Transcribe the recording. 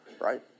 right